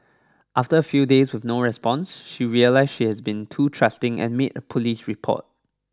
after a few days with no response she realised she has been too trusting and made a police report